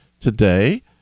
today